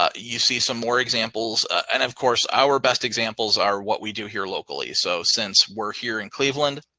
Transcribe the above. ah you see some more examples. and of course our best examples are what we do here locally. so since we're here in cleveland,